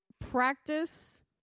Practice